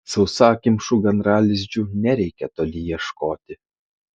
sausakimšų gandralizdžių nereikia toli ieškoti